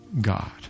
God